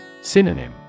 Synonym